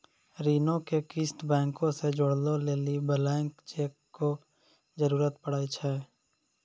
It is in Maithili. ऋणो के किस्त बैंको से जोड़ै लेली ब्लैंक चेको के जरूरत पड़ै छै